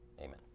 Amen